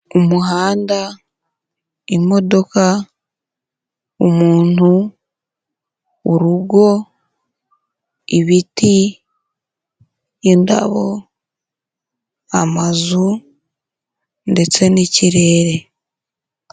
Umuhanda, imodoka, umuntu, urugo, ibiti, indabo, amazu ndetse n'ikirere.